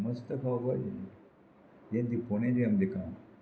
मस्त खावपाचें हे दिपवणे आमचें काम